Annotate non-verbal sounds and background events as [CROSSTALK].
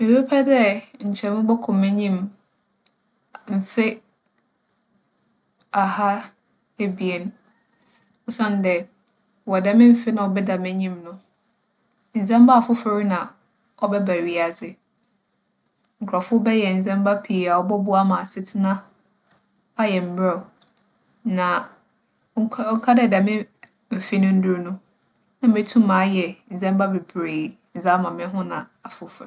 Mebɛpɛ dɛ nkyɛ mobͻkͻ m'enyim a - mfe aha ebien. [NOISE] Osiandɛ, wͻ dɛm mfe no a ͻbɛda m'enyim no, ndzɛmba afofor na ͻbɛba wiadze. Nkorͻfo bɛyɛ ndzɛmba pii a ͻbͻboa ma asetsena ayɛ mberɛw. Na ͻnka - ͻnka dɛ dɛm mfe no ndur no, na metum ayɛ ndzɛmba beberee dze ama moho na afofor.